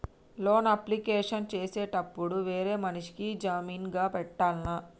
Loan application చేసేటప్పుడు వేరే మనిషిని జామీన్ గా పెట్టాల్నా?